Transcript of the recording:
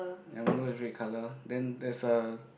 their window is red color then there's a